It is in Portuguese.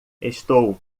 estou